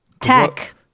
Tech